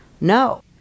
no